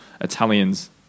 Italians